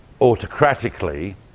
autocratically